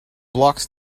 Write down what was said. blocks